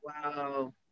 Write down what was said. Wow